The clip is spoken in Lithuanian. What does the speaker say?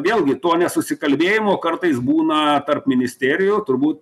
vėlgi to nesusikalbėjimo kartais būna tarp ministerijų turbūt